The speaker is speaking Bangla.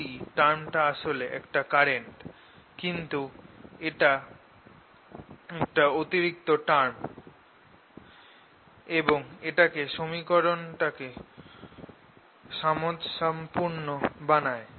0E∂t টার্মটা আসলে একটা কারেন্ট কিন্তু এটা একটা অতিরিক্ত টার্ম এবং এটা সমীকরণ টাকে সামঞ্জস্যপূর্ণ বানায়